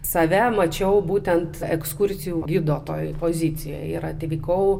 save mačiau būtent ekskursijų gido toj pozicijoj ir atvykau